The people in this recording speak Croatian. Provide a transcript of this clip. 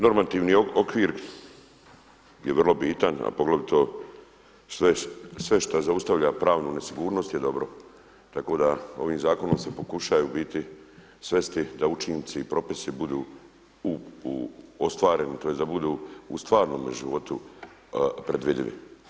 Normativni okvir je vrlo bitan, a poglavito sve što zaustavlja pravnu nesigurnost je dobro, tako da ovim zakonom se pokušaju u biti svesti da učinci i propisi budu ostvareni, tj. da budu u stvarnome životu predvidivi.